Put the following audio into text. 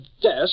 desk